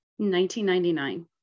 1999